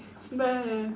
but